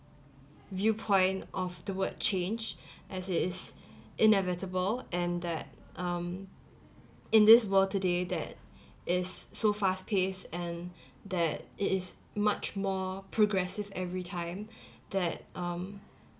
viewpoint of the word change as it is inevitable and that um in this world today that is so fast paced and that is much more progressive every time that um